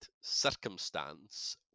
circumstance